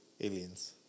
Aliens